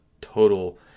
total